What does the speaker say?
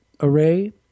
array